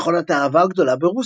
"מכונת האהבה הגדולה ברוסיה",